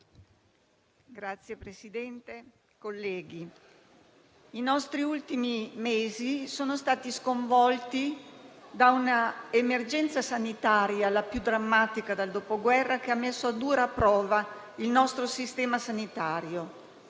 i nostri ultimi mesi sono stati sconvolti da un'emergenza sanitaria, la più drammatica dal Dopoguerra, che ha messo a dura prova il nostro sistema sanitario.